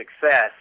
success